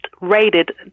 rated